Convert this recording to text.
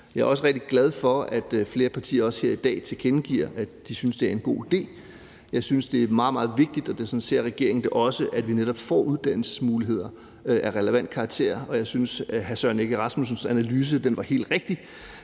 jeg er også rigtig glad for, at flere partier også her i dag tilkendegiver, at de synes, det er en god idé. Jeg synes, det er meget, meget vigtigt – sådan ser regeringen det også – at vi netop får uddannelsesmuligheder af relevant karakter, og jeg synes, at hr. Søren Egge Rasmussens analyse var helt rigtig,